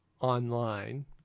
online